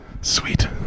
Sweet